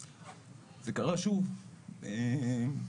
בכפיה, שזה לא תואם את ערכי האמנה.